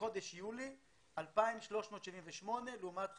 בחודש יולי 2,378 לעומת 557,